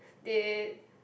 they